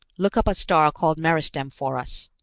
look up a star called meristem for us.